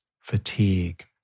fatigue